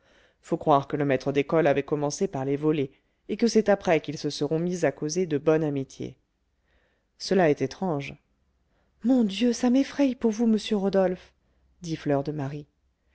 faut croire que le maître d'école avait commencé par les voler et que c'est après qu'ils se seront mis à causer de bonne amitié cela est étrange mon dieu ça m'effraye pour vous monsieur rodolphe dit